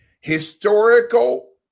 historical